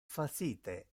facite